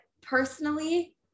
personally